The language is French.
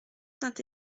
saint